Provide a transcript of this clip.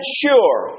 sure